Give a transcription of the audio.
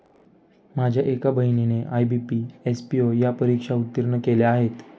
माझ्या एका बहिणीने आय.बी.पी, एस.पी.ओ या परीक्षा उत्तीर्ण केल्या आहेत